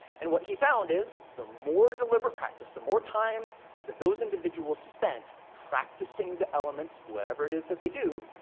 and what he found is, the more deliberate practice, the more time that those individuals spend practicing the elements of whatever it is that they do,